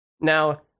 Now